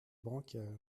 brancard